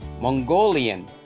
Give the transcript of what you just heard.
Mongolian